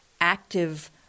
active